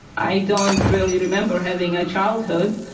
i don't really remember having a childhood.